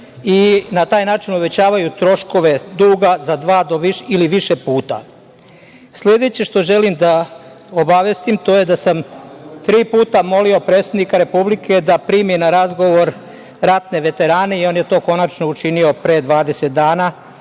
i na taj način uvećavaju troškove duga za dva ili više puta. Sledeće što želim da obavestim, to je da sam tri puta molio predsednika Republike da primi na razgovor ratne veterane i on je to konačno učinio pre 20 dana,